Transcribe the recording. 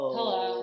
Hello